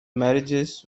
marriages